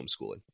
homeschooling